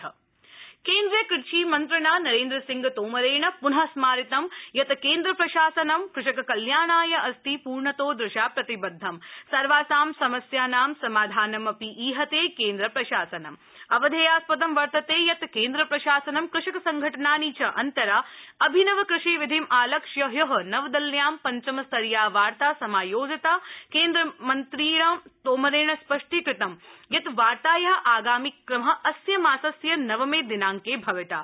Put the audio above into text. नरेन्द्र सिंह तोमर केन्द्रीय कृषि मन्द्रिणा नरेन्द्र सिंह तोमरेण प्नस्मारितम यत केन्द्र प्रशासनं कृषक कल्याणाय अस्ति पूर्णतोदृशा प्रतिबद्धम सर्वासां समस्यानां समाधानमपि ईहते केन्द्रप्रशासनम अवधेयास्पदं वर्तते यत केन्द्र प्रशासनं कृषक संघटनानि च अन्तरा अभिनव कृषि विधिम आलक्ष्य हय नव दिल्ल्यां पञ्चमस्तरीया वार्ता समायोजिता केन्द्रीयमन्त्रिणा तोमरेण स्पष्टीकृतं यत ्वार्ताया आगामिक्रम अस्य मासस्य नवमे दिनांके भविता